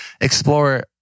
explore